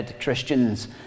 Christians